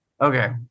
okay